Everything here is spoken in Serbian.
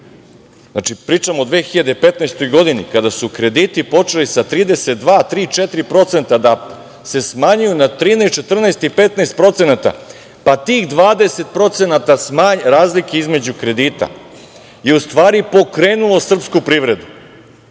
znači, pričamo o 2015. godini, kada su krediti počeli sa 32%, 33%, 34% da se smanjuju na 13%, 14% i 15%, pa tih 20% razlike između kredita je u stvari pokrenulo srpsku privredu,